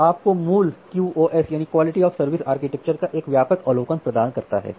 यह आपको मूल QoS आर्किटेक्चर का एक व्यापक अवलोकन प्रदान करता है